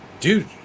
dude